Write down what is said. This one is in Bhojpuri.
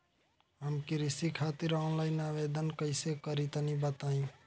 हम कृषि खातिर आनलाइन आवेदन कइसे करि तनि बताई?